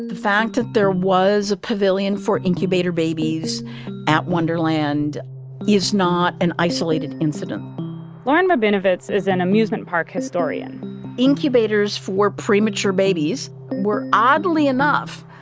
and fact that there was a pavilion for incubator babies at wonderland is not an isolated incident lauren rabinowitz is an amusement park historian incubators for premature babies were oddly enough,